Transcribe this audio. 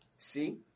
See